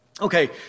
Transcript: Okay